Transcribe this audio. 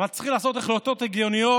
אבל צריך לעשות החלטות הגיוניות.